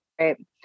Right